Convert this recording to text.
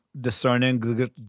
discerning